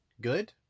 good